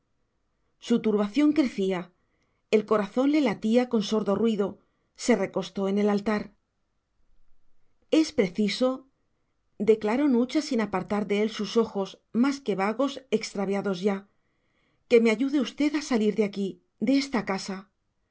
su turbación crecía el corazón le latía con sordo ruido se recostó en el altar es preciso declaró nucha sin apartar de él sus ojos más que vagos extraviados ya que me ayude usted a salir de aquí de esta casa